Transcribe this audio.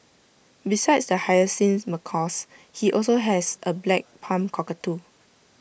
besides the hyacinth macaws he also has A black palm cockatoo